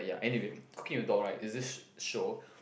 ya anyway Cooking with Dog right is this show